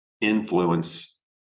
influence